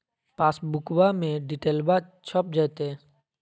पासबुका में डिटेल्बा छप जयते?